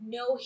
no